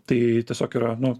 tai tiesiog yra nu